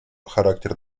характер